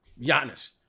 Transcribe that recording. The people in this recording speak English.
Giannis